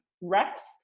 rest